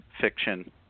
fiction